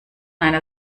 einer